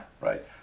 Right